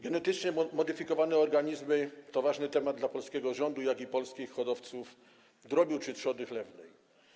Genetycznie modyfikowane organizmy to ważny temat dla polskiego rządu, jak i polskich hodowców drobiu czy trzody chlewnej.